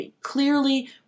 Clearly